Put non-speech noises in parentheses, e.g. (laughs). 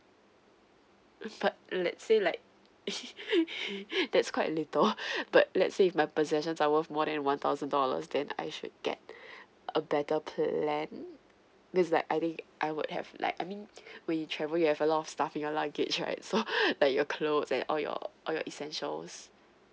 but let's say like (laughs) that's quite little (breath) but let's say if my possessions are worth more than one thousand dollars then I should get (breath) a better plan this is like I think I would have like I mean (breath) we travel we have a lot of stuff in our luggage right so (laughs) like your clothes and all your all your essentials